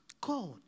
God